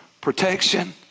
protection